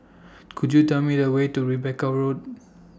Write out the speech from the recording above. Could YOU Tell Me The Way to Rebecca Road